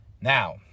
Now